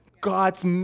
God's